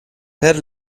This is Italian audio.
per